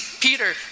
Peter